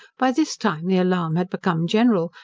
by this time the alarm had become general,